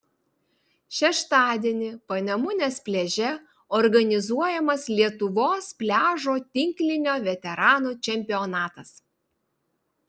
šeštadienį panemunės pliaže organizuojamas lietuvos pliažo tinklinio veteranų čempionatas